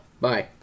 Bye